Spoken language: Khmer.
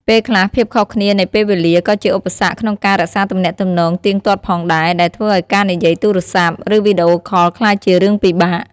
ពេលខ្លះ ភាពខុសគ្នានៃពេលវេលា ក៏ជាឧបសគ្គក្នុងការរក្សាទំនាក់ទំនងទៀងទាត់ផងដែរ ដែលធ្វើឱ្យការនិយាយទូរស័ព្ទ ឬវីដេអូខលក្លាយជារឿងពិបាក។